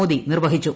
മോദി നിർവഹിച്ചു